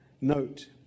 Note